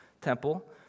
temple